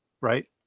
right